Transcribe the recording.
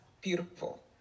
beautiful